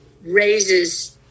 raises